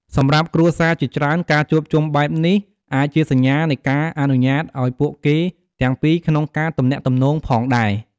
សម្រាប់គ្រួសារជាច្រើន ការជួបជុំបែបនេះអាចជាសញ្ញានៃការអនុញ្ញាតឲ្យពូកគេទាំងពីរក្នុងកាទំនាក់ទំនងផងដែរ។